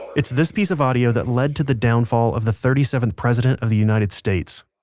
it's this piece of audio that led to the downfall of the thirty seventh president of the united states.